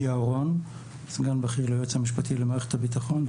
אני סגן בכיר ליועץ המשפטי למערכת הביטחון.